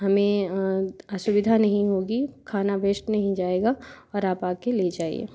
हमें असुविधा नहीं होगी खाना वेस्ट नहीं जाएगा और आप आ के ले जाइए